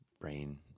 brain